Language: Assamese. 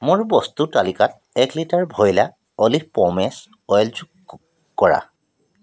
মোৰ বস্তুৰ তালিকাত এক লিটাৰ ভইলা অলিভ পমেচ অইল যোগ কৰা